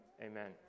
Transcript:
Amen